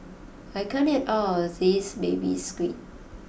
I can't eat all of this Baby Squid